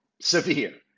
severe